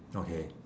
okay